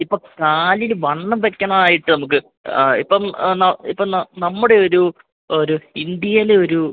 ഇപ്പോള് കാലിന് വണ്ണം വെയ്ക്കാനായിട്ട് നമുക്ക് ഇപ്പം എന്താണ് ഇപ്പോഴെന്താണ് നമ്മുടെ ഒരു ഒരു ഇന്ത്യയിലെ ഒരു